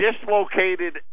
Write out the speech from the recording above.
dislocated